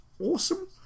awesome